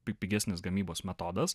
pi pigesnis gamybos metodas